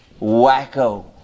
wacko